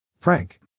prank